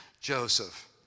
Joseph